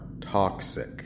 toxic